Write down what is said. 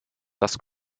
das